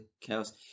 chaos